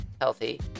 healthy